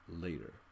later